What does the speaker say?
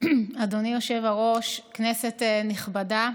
היושב-ראש, כנסת נכבדה,